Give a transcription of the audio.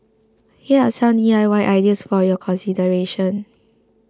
here are some D I Y ideas for your consideration